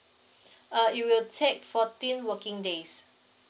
uh it will take fourteen working days